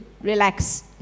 relax